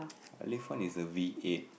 Alif one is a V eight